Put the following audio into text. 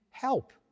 help